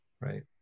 right